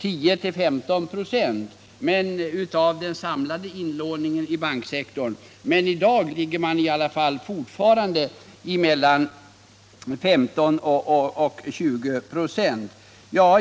10-15 26 av den samlade inlåningen inom banksektorn. I dag ligger i alla fall specialinlåningen fortfarande på mellan 15 och 20 96.